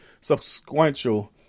substantial